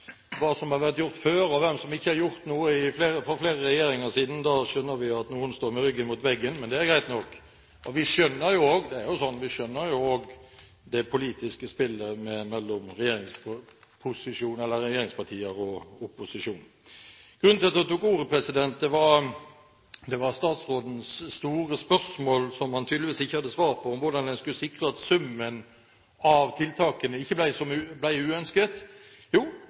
hva som har vært gjort før, og hvem som ikke har gjort noe for flere regjeringer siden, skjønner vi at noen står med ryggen mot veggen. Det er greit nok. Vi skjønner jo også – det er jo slik – det politiske spillet mellom regjeringspartier og opposisjon. Grunnen til at jeg tok ordet, var statsrådens store spørsmål – som han tydeligvis ikke hadde svar på – om hvordan en skulle sikre at summen av tiltakene ikke ble uønsket. Jo,